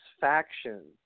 faction